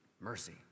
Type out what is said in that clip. Mercy